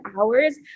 hours